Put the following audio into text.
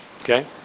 Okay